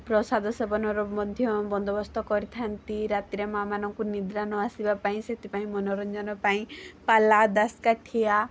ପ୍ରସାଦ ସେବନର ମଧ୍ୟ ବନ୍ଦୋବସ୍ତ କରିଥାନ୍ତି ରାତ୍ରିରେ ମାଆ ମାନଙ୍କୁ ନିଦ୍ରା ନ ଆସିବାପାଇଁ ସେଥିପାଇଁ ମନୋରଞ୍ଜନ ପାଇଁ ପାଲା ଦାଶକାଠିଆ